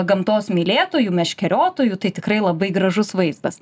gamtos mylėtojų meškeriotojų tai tikrai labai gražus vaizdas